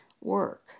work